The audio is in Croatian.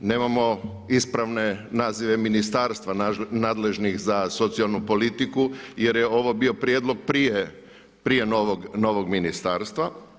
Nemamo ispravne nazive ministarstava nadležnih za socijalnu politiku jer je ovo bio prijedlog prije novog ministarstva.